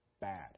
bad